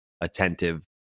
attentive